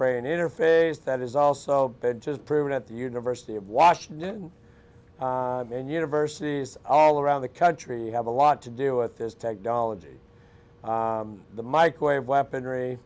brain interphase that is also just proven at the university of washington and universities all around the country have a lot to do with this technology the microwave weaponry